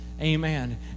amen